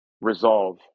resolve